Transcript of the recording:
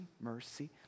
mercy